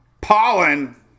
Pollen